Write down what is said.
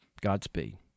Godspeed